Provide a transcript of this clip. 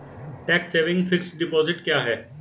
Tax saving fixed deposit क्या है?